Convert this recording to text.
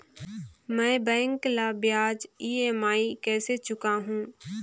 मैं बैंक ला ब्याज ई.एम.आई कइसे चुकाहू?